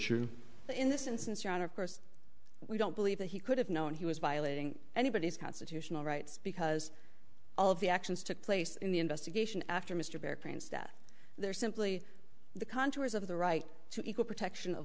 issue in this instance your honor of course we don't believe that he could have known he was violating anybody's constitutional rights because all of the actions took place in the investigation after mr bear prints that there simply the contours of the right to equal protection of